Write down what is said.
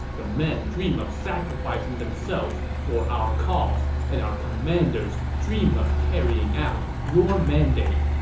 the men dream of sacrificing themselves for our cause, and our commanders dream of carrying out your mandate.